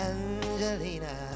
Angelina